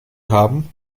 haben